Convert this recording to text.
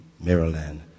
Maryland